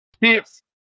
Yes